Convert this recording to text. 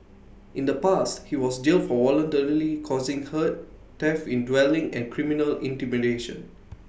in the past he was jailed for voluntarily causing hurt theft in dwelling and criminal intimidation